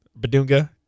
badunga